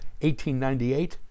1898